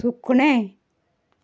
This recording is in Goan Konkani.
सुकणें